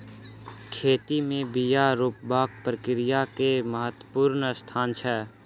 खेती में बिया रोपबाक प्रक्रिया के महत्वपूर्ण स्थान छै